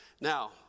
Now